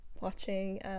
watching